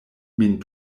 min